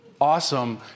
Awesome